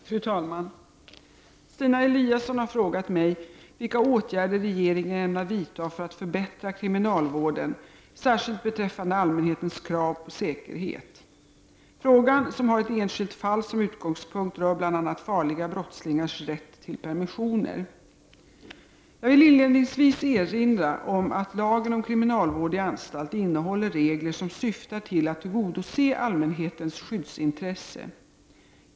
Fru talman! Stina Eliasson har frågat mig vilka åtgärder regeringen ämnar vidta för att förbättra kriminalvården, särskilt beträffande allmänhetens krav på säkerhet. Frågan, som har ett enskilt fall som utgångspunkt, rör bl.a. farliga brottslingars rätt till permissioner. Jag vill inledningsvis erinra om att lagen om kriminalvård i anstalt innehåller regler som syftar till att tillgodose allmänhetens skyddsintresse.